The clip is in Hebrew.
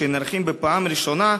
שנערכים בפעם הראשונה,